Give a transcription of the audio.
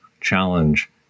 challenge